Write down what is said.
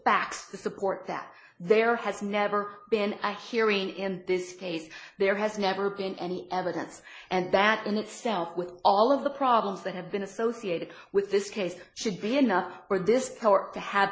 facts to support that there has never been a hearing in this case there has never been any evidence and that in itself with all of the problems that have been associated with this case should be enough for this power to have